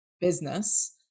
business